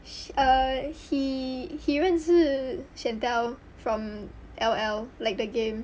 sh~ err he he 认识 chantel from L_O_L like the game